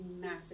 massive